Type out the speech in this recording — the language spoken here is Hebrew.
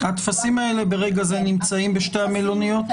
ברגע זה הטפסים האלה נמצאים בשתי המלוניות?